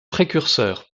précurseurs